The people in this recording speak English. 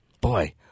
Boy